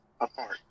apart